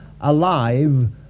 alive